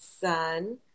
Sun